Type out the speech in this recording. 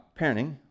parenting